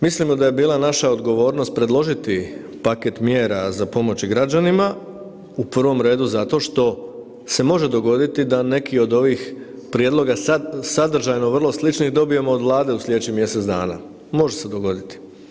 Mislimo da je bila naša odgovornost predložiti paket mjera za pomoć građanima u prvom redu zato što se može dogoditi da neki od ovih prijedloga sadržajno vrlo sličnih dobijemo od Vlade u slijedećih mjesec dana, može se dogoditi.